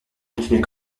continuer